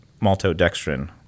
maltodextrin